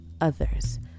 others